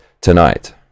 tonight